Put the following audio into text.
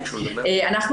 אנחנו